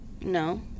No